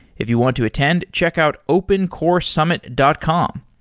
if you want to attend, check out opencoresummit dot com.